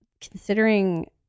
considering